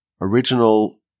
original